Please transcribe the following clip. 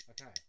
Okay